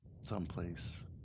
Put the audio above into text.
someplace